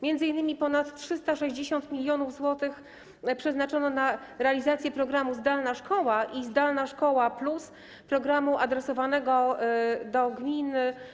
M.in. ponad 360 mln zł przeznaczono na realizację programu „Zdalna szkoła” i „Zdalna szkoła+”, programu adresowanego do gmin.